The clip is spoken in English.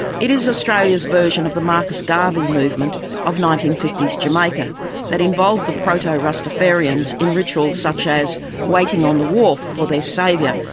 it is australia's version of the marcus garvey movement of nineteen fifty s jamaica that involved the proto rastafarians in rituals such as waiting on the wharf for their saviour,